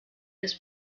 des